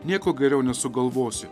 nieko geriau nesugalvosi